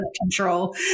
control